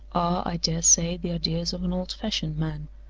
i dare say, the ideas of an old-fashioned man.